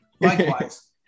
Likewise